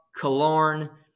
Kalorn